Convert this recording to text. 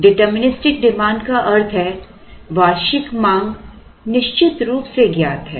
deterministic demand का अर्थ है वार्षिक मांग निश्चित रूप से ज्ञात है